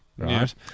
Right